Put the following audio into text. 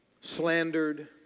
slandered